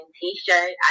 t-shirt